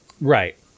Right